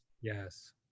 yes